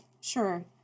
sure